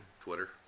Twitter